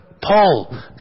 Paul